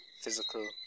physical